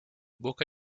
busca